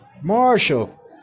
Marshall